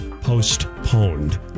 postponed